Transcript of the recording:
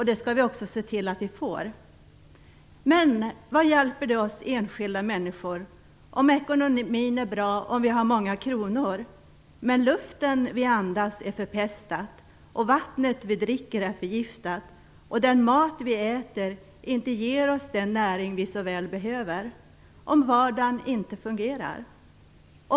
Det skall vi också se till att vi får. Men vad hjälper det oss enskilda människor om ekonomin är bra och vi har många kronor men luften vi andas är förpestad, vattnet vi dricker är förgiftat och den mat vi äter inte ger oss den näring vi så väl behöver - om vardagen inte fungerar?